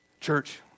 Church